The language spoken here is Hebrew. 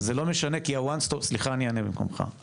סליחה אני אענה במקומך,